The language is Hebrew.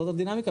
זו הדינמיקה,